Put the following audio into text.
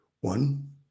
One